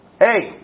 Hey